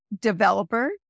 developer